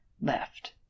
left